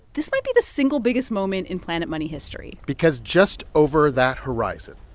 this might be the single-biggest moment in planet money history because just over that horizon,